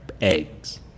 eggs